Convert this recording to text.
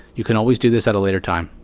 you can always do this at a later time.